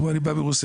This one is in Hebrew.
אני בא מרוסיה,